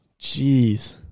Jeez